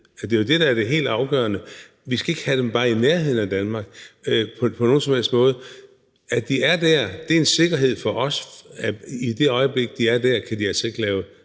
Det er jo det, der er det helt afgørende. Vi skal ikke have dem bare i nærheden af Danmark på nogen som helst måde. At de er der, er en sikkerhed for os, for i det øjeblik de er der, kan de altså ikke lave